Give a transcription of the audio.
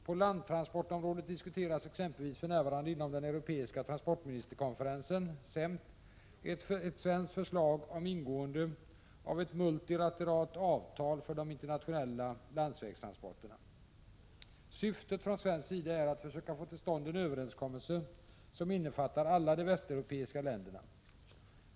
På landtransportområdet diskuteras exempelvis för närvarande inom den Europeiska transportministerkonferensen ett svenskt förslag om ingående av ett multilateralt avtal för de internationella landsvägstransporterna. Syftet från svensk sida är att försöka få till stånd en överenskommelse som innefattar alla de västeuropeiska länderna.